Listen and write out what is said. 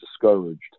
discouraged